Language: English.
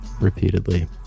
repeatedly